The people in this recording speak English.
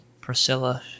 Priscilla